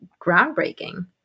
groundbreaking